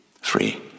Free